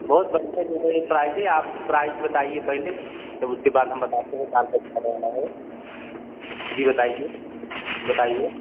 बहुत बढ़िया जो है प्राइज है प्राइज बताइए पहले तब उसके बाद हम बताते हैं बाल कैसे कटवाना है जी बताइए बताइए